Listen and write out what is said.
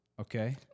Okay